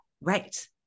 right